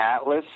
Atlas